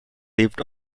lived